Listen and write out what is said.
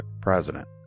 president